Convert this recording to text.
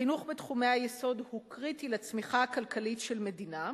חינוך בתחומי היסוד הוא קריטי לצמיחה הכלכלית של מדינה,